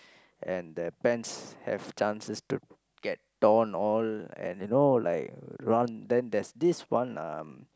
and the pants have chances to get torn all and you know like run then this one um